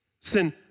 Sin